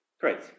Great